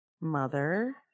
mother